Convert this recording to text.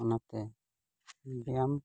ᱚᱱᱟᱛᱮ ᱵᱮᱭᱟᱢ